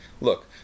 look